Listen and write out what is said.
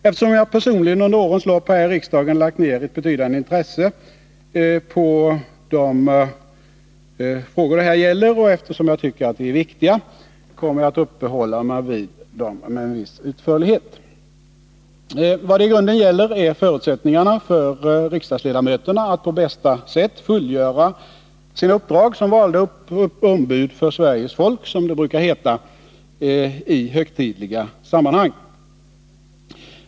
Eftersom jag personligen under årens lopp här i riksdagen lagt ned ett betydande intresse på de frågor det här gäller och eftersom jag tycker att de är viktiga, kommer jag att uppehålla mig vid dem med en viss utförlighet. Vad det i grunden gäller är förutsättningarna för riksdagsledamöterna att på bästa sätt fullgöra sina uppdrag som valda ombud för Sveriges folk, som det brukar heta i högtidliga sammanhang.